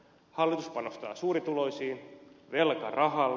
hallitus panostaa suurituloisiin velkarahalla